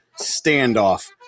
Standoff